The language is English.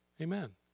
amen